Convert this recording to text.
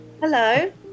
hello